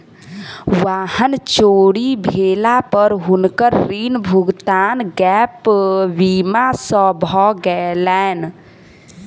वाहन चोरी भेला पर हुनकर ऋण भुगतान गैप बीमा सॅ भ गेलैन